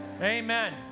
Amen